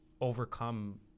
overcome